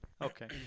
Okay